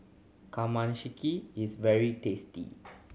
kamameshi is very tasty